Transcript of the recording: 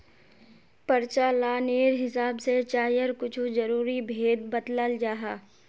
प्रचालानेर हिसाब से चायर कुछु ज़रूरी भेद बत्लाल जाहा